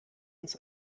uns